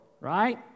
right